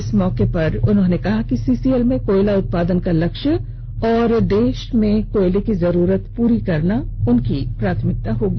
इस मौके पर उन्होंने कहा कि सीसीएल में कोयला उत्पादन का लक्ष्य और देश को कोयले की जरूरत को पूरा करना उनकी प्राथमिकता होगी